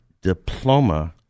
diploma